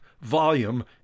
volume